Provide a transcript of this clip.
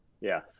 Yes